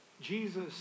Jesus